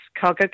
cargo